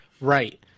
Right